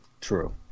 true